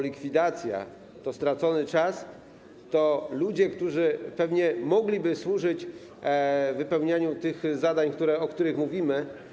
Likwidacja to stracony czas, to ludzie, którzy pewnie mogliby służyć wypełnianiu tych zadań, o których mówimy.